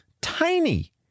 tiny